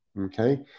okay